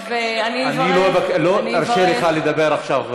אני לא ארשה לך לדבר עכשיו.